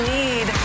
need